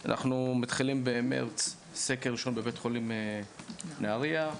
אנחנו מתחילים במרץ סקר ראשון בבית חולים נהריה,